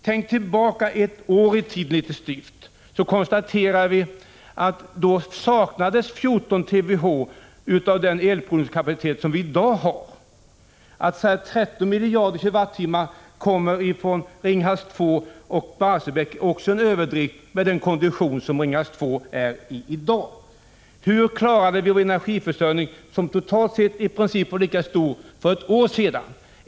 Tänk tillbaka drygt ett år i tiden! Då saknades 14 TWh av den elproduktionskapacitet som vi i dag har. Att säga att 13 miljarder kWh kommer ifrån Ringhals 2 och Barsebäck är också en överdrift, med hänsyn till den kondition som Ringhals 2 befinner sig i i dag. Hur klarade vi vår elförsörjning för ett år sedan? Den totala energiavsöndringen var i princip totalt sett lika stor då som nu.